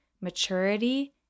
maturity